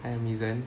I am izan